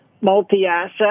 multi-asset